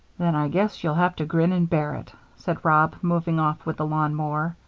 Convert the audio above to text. then i guess you'll have to grin and bear it, said rob, moving off with the lawn-mower,